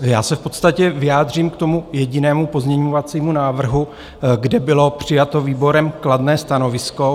Já se v podstatě vyjádřím k tomu jedinému pozměňovacímu návrhu, kde bylo přijato výborem kladné stanovisko.